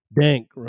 Dank